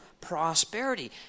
prosperity